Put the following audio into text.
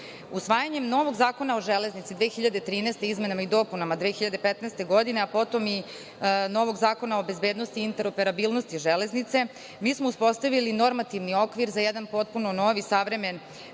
robe. Usvajanjem novog Zakona o železnici 2013. izmenama i dopunama 2015. godine, a potom i novog Zakona o bezbednosti interoperabilnosti železnice, mi smo uspostavili normativni okvir za jedan potpuno novi, savremen